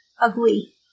ugly